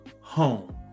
home